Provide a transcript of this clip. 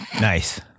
Nice